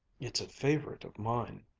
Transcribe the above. it's a favorite of mine,